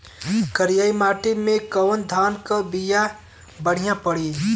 करियाई माटी मे कवन धान के बिया बढ़ियां पड़ी?